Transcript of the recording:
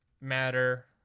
matter